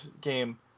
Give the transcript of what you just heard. game